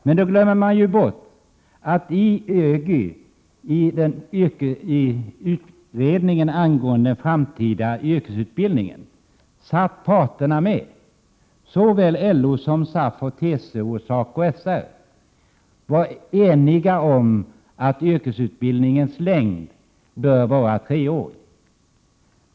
Men då glömmer de ju bort att i ÖGY, utredningen angående den framtida yrkesutbildningen, satt arbetsmarknadens parter med. SAF, LO, TCO och SACO/SR var ense om att yrkesutbildningen bör vara treårig.